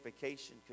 vacation